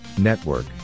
Network